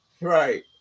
right